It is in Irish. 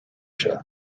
seo